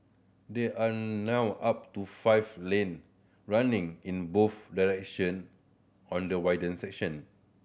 there are now up to five lane running in both direction on the widened section